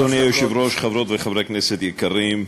אדוני היושב-ראש, חברות וחברי כנסת יקרים,